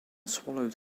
swallowed